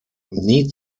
nie